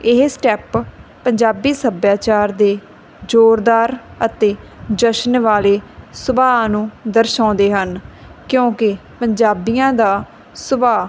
ਇਹ ਸਟੈਪ ਪੰਜਾਬੀ ਸੱਭਿਆਚਾਰ ਦੇ ਜ਼ੋਰਦਾਰ ਅਤੇ ਜਸ਼ਨ ਵਾਲੇ ਸੁਭਾਅ ਨੂੰ ਦਰਸ਼ਾਉਂਦੇ ਹਨ ਕਿਉਂਕਿ ਪੰਜਾਬੀਆਂ ਦਾ ਸੁਭਾਅ